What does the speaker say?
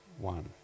one